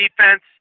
defense